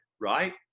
right